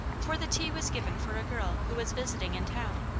for the tea was given for a girl who was visiting in town,